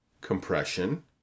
compression